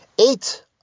Eight